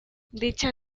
dicha